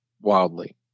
wildly